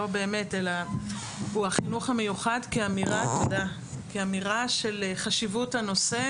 החינוך המיוחד כאמירה של חשיבות הנושא,